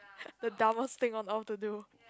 the dumbest thing on earth to do